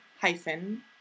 hyphen